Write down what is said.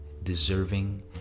deserving